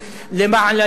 למעלה,